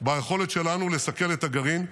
ביכולת שלנו לסכל את הגרעין.